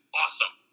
awesome